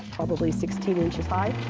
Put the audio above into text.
probably sixteen inches high,